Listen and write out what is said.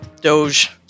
doge